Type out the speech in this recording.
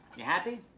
you happy?